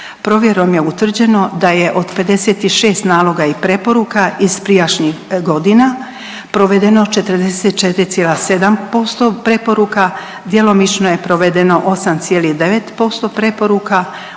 Provjerom je utvrđeno da je od 56 naloga i preporuka iz prijašnjih godina provedeno 44,7% preporuka, djelomično je provedeno 8,9% preporuka,